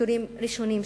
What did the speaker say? ביקורים ראשונים שלי,